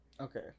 Okay